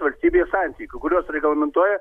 valstybėje santykių kuriuos reglamentuoja